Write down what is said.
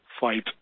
fight